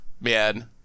man